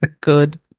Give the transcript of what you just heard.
Good